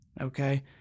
Okay